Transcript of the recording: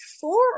four